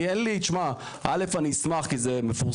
אני אין לי, תשמע, א', אני אשמח, כי זה מפורסם.